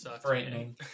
frightening